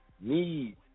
need